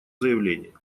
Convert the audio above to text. заявлении